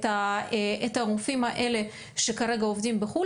את הרופאים האלה שכרגע עובדים בחו"ל.